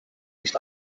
nicht